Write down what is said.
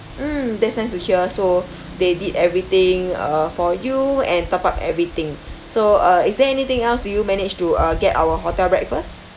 mm that's nice to hear so they did everything uh for you and top up everything so uh is there anything else do you manage to uh get our hotel breakfast